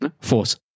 Force